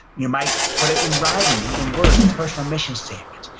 you might put it in writing, in words, a personal mission statement.